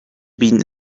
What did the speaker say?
bean